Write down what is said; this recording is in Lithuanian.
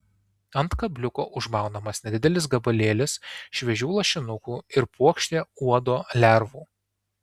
ant kabliuko užmaunamas nedidelis gabalėlis šviežių lašinukų ir puokštė uodo lervų